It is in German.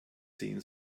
sehen